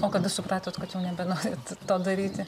o kada supratot kad jau nebenorit to daryti